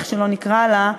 איך שלא נקרא לה,